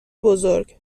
بزرگ